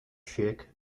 shake